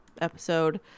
episode